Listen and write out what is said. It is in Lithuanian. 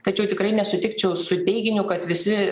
tačiau tikrai nesutikčiau su teiginiu kad visi